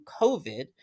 COVID